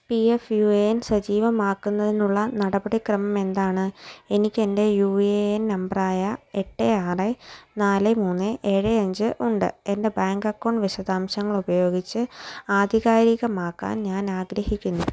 P F U A N സജീവമാക്കുന്നതിനുള്ള നടപടിക്രമം എന്താണ് എനിക്ക് എൻ്റെ യു എ എൻ നമ്പർ ആയ എട്ട് ആറ് നാല് മൂന്ന് ഏഴ് അഞ്ച് ഉണ്ട് എൻ്റെ ബാങ്ക് അക്കൗണ്ട് വിശദാംശങ്ങൾ ഉപയോഗിച്ച് ആധികാരികമാക്കാൻ ഞാൻ ആഗ്രഹിക്കുന്നു